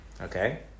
Okay